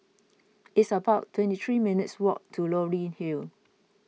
it's about twenty three minutes' walk to Leonie Hill